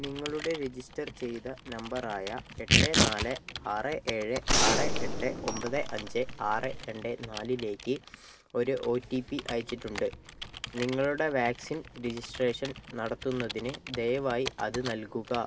നിങ്ങളുടെ രജിസ്റ്റർ ചെയ്ത നമ്പറായ എട്ട് നാല് ആറ് ഏഴ് ആറ് എട്ട് ഒമ്പത് അഞ്ച് ആറ് രണ്ട് നാലിലേക്ക് ഒരു ഒ ടി പി അയച്ചിട്ടുണ്ട് നിങ്ങളുടെ വാക്സിൻ രജിസ്ട്രേഷൻ നടത്തുന്നതിന് ദയവായി അത് നൽകുക